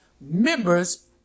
members